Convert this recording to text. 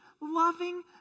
loving